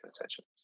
attention